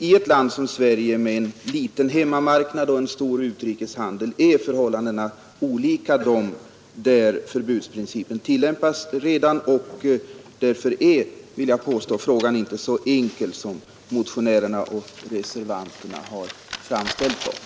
I ett land som Sverige med en liten hemmamarknad och en stor utrikeshandel är förhållandena olika dem i länder där förbudsprincipen redan tillämpas. Därför är, vill jag påstå, frågan inte så enkel som motionärerna och reservanterna har framställt den.